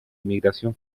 emigración